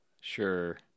Sure